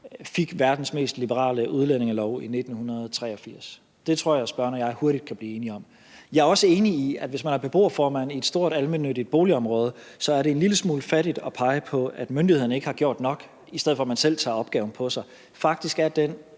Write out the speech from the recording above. fik verdens mest liberale udlændingelov i 1983. Det tror jeg spørgeren og jeg hurtigt kan blive enige om. Jeg er også enig i, at hvis man er beboerformand i et stort almennyttigt boligområde, er det en lille smule fattigt at pege på, at myndighederne ikke har gjort nok, i stedet for at man selv tager opgaven på sig. Faktisk er den